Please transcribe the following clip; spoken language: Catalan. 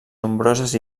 nombroses